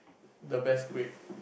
the best grade